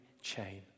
chain